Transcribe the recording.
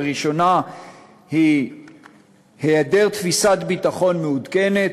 הראשונה היא היעדר תפיסת ביטחון מעודכנת,